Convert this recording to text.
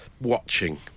Watching